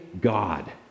God